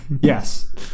Yes